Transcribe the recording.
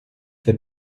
fait